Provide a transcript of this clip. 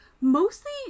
Mostly